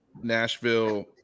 Nashville